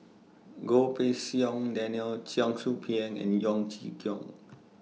Goh Pei Siong Daniel Cheong Soo Pieng and Yeo Chee Kiong